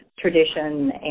tradition